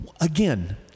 again